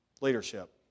Leadership